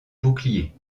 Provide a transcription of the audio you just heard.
bouclier